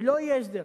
ולא יהיה הסדר.